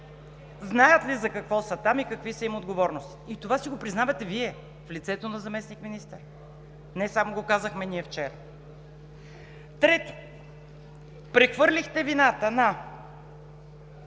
знаят ли за какво са там и какви са им отговорностите! И това си го признавате Вие в лицето на заместник-министър, не само го казахме ние вчера. Трето, прехвърлихте вината на